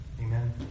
Amen